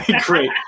Great